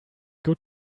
good